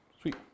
Sweet